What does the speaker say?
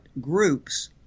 groups